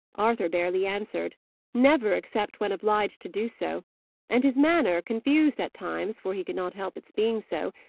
arthur barely answered never, except when obliged to do so and his manner, confused at times, for he could not help its being so,